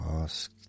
ask